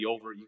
over